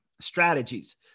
strategies